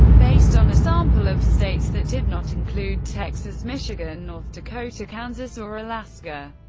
based on a sample of states that did not include texas, michigan, north dakota, kansas, or alaska.